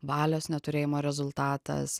valios neturėjimo rezultatas